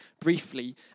briefly